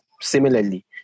Similarly